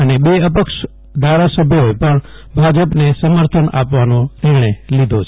અને બે અપક્ષ ધારાસભ્યોએ પણ ભાજપને સમર્થન આપવાનો નિર્ણય લીધો છે